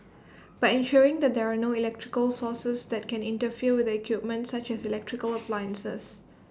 by ensuring that there are no electrical sources that can interfere with the equipment such as electrical appliances